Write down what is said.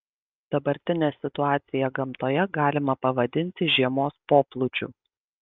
dabartinę situaciją gamtoje galima pavadinti žiemos poplūdžiu